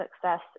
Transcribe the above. success